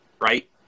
Right